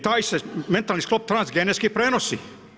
Taj se mentalni sklop transgenetski prenosi.